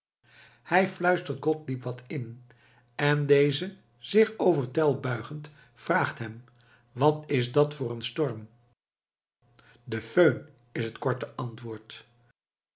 hij fluistert gottlieb wat in en deze zich over tell buigend vraagt hem wat is dat voor een storm de föhn is het korte antwoord